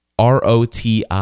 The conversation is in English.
ROTI